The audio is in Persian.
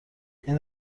این